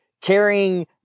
carrying